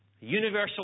Universal